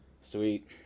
Sweet